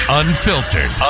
unfiltered